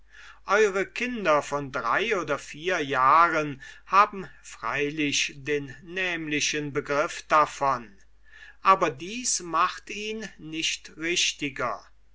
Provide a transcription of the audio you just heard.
eure kinder von drei oder vier jahren haben freilich den nämlichen begriff davon aber dies macht ihn nicht richtiger